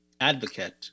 advocate